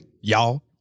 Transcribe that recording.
Y'all